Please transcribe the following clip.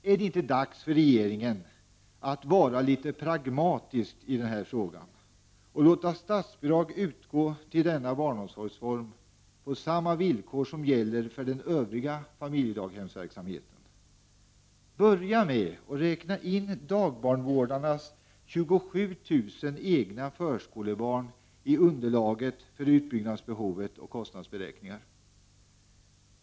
Är det inte dags för regeringen att vara litet pragmatisk i den här frågan och låta statsbidrag utgå till denna barnomsorgsform på samma villkor som gäller för den övriga familjedaghemsverksamheten? Börja med att räkna in dagbarnvårdarnas 27000 egna förskolebarn i underlaget för utbyggnadsbehov och kostnadsberäkningar!